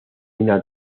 una